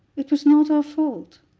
it was not our fault.